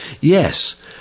Yes